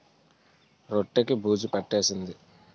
రొట్టె కి బూజు పట్టేసింది